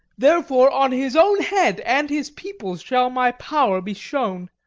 therefore on his own head and his people's shall my power be shown.